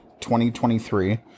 2023